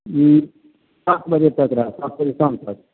जी पाँच बजे तक रहब पाँच बजे शाम तक